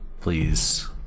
please